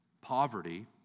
poverty